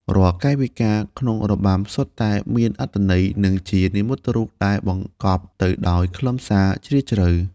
រាល់កាយវិការក្នុងរបាំសុទ្ធតែមានអត្ថន័យ និងជានិមិត្តរូបដែលបង្កប់ទៅដោយខ្លឹមសារជ្រាលជ្រៅ។